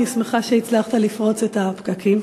אני שמחה שהצלחת לפרוץ את הפקקים.